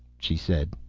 she said.